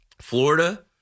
Florida